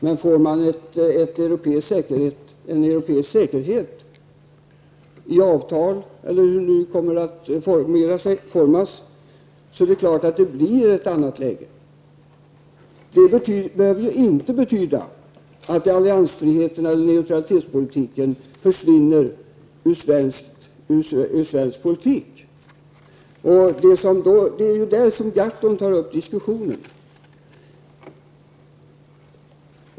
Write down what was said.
Men får man en europeisk säkerhet, i avtal eller hur den nu kommer att formas, är det klart att det blir ett annat läge. Det behöver inte betyda att alliansfriheten eller neutraliteten försvinner ur svensk politik, och det är ju där Gahrton tar upp diskussionen.